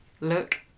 look